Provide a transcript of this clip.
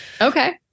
Okay